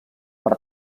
per